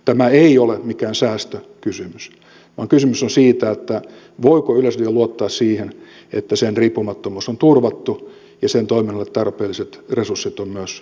tämä ei ole mikään säästökysymys vaan kysymys on siitä voiko yleisradio luottaa siihen että sen riippumattomuus on turvattu ja sen toiminnalle tarpeelliset resurssit on myös järjestetty